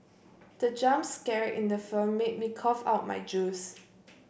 the jump scare in the film made me cough out my juice